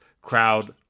crowd